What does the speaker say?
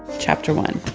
chapter one.